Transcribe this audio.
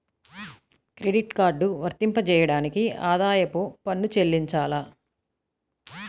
Credit card వర్తింపజేయడానికి ఆదాయపు పన్ను చెల్లించాలా?